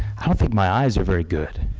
my eyes are very good.